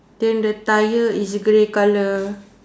then the tyre is grey colour